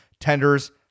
Tenders